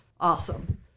Awesome